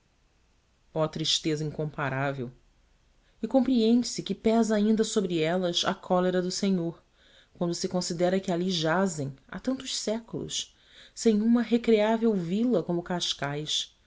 oh tristeza incomparável e compreende-se que pesa ainda sobre elas a cólera do senhor quando se considera que ali jazem há tantos séculos sem uma recreável vila como cascais